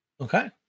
Okay